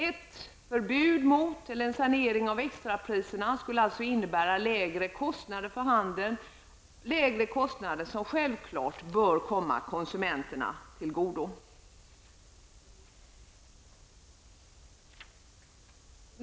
Ett förbud mot eller en sanering av extrapriserna skulle alltså innebära lägre kostnader för handeln, lägre kostnader som självklart bör komma konsumenterna till godo.